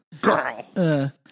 girl